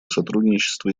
сотрудничество